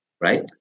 right